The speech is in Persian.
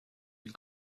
این